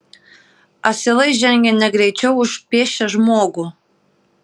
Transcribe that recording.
asilai žengė negreičiau už pėsčią žmogų